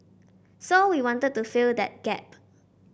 so we wanted to fill that gap